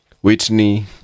Whitney